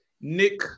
Nick